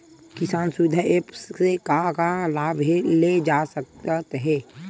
किसान सुविधा एप्प से का का लाभ ले जा सकत हे?